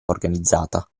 organizzata